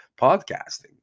podcasting